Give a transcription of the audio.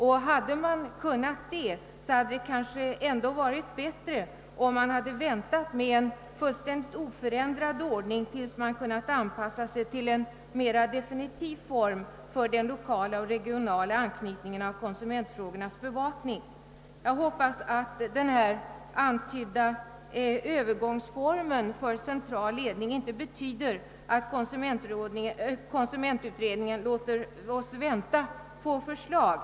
Om så är fallet, hade det kanske ändå varit bättre om en fullständigt oförändrad ordning hade bibehållits till dess att den hade kunnat anpassas till en mera definitiv form för den lokala och regionala anknytningen av konsumentfrågornas bevakning. Jag hoppas att den antydda övergångsformen för den centrala ledningen inte betyder att konsumentutredningen låter oss vänta på sina förslag.